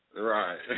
Right